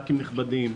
נכבדים.